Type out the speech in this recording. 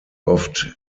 oft